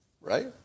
Right